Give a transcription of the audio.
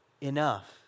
enough